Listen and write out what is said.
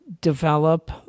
develop